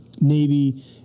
Navy